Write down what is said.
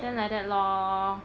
then like that lor